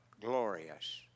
glorious